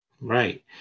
Right